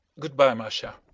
good-bye, masha.